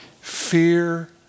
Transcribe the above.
Fear